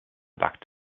backed